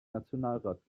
nationalrat